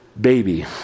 baby